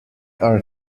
are